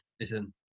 listen